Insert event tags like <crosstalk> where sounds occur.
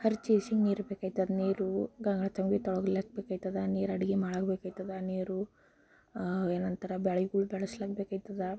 <unintelligible> ನೀರು ಬೇಕಾಯ್ತದ ನೀರು <unintelligible> ತುಂಬಿ <unintelligible> ಬೇಕಾಯ್ತದ ನೀರು ಅಡುಗೆ ಮಾಡೋಕೆ ಬೇಕಾಯ್ತದ ನೀರು ಏನು ಅಂತಾರೆ ಬೆಳೆಗಳು ಬೆಳಸ್ಲಿಕ್ಕೆ ಬೇಕಾಯ್ತದ